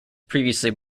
previously